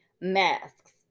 masks